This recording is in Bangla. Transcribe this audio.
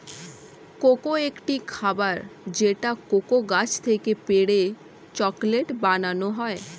কোকো একটি খাবার যেটা কোকো গাছ থেকে পেড়ে চকলেট বানানো হয়